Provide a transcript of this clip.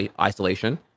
isolation